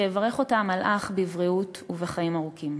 שיברך אותה המלאך בבריאות ובחיים ארוכים.